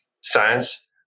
science